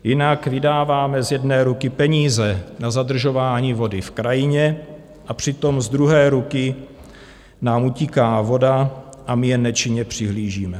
Jinak vydáváme z jedné ruky peníze na zadržování vody v krajině, a přitom z druhé ruky nám utíká voda a my jen nečinně přihlížíme.